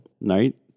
right